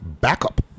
Backup